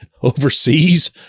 overseas